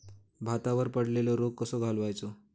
भातावर पडलेलो रोग कसो घालवायचो?